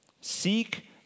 Seek